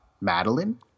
Madeline